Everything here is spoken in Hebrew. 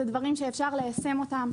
זה דברים שאפשר ליישם אותם,